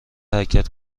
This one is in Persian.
حرکت